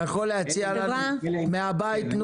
אתה יכול להציע נוסח מהבית?